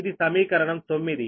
ఇది సమీకరణం 9